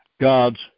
God's